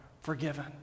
forgiven